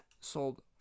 sold